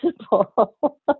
simple